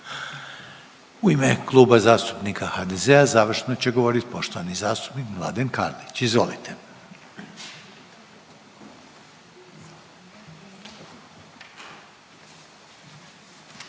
U ime Kluba zastupnika HDZ-a završno će govorit poštovani zastupnik Mladen Karlić, izvolite.